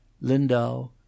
Lindau